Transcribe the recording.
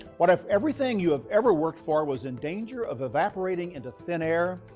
what if everything you have ever worked for was in danger of evaporating into thin air?